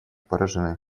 поражены